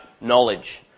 knowledge